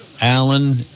Alan